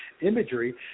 imagery